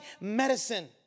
medicine